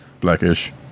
Blackish